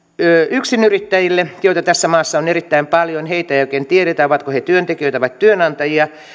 yksinyrittäjille joita tässä maassa on erittäin paljon heistä ei oikein tiedetä ovatko he työntekijöitä vai työnantajia